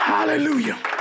Hallelujah